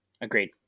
Agreed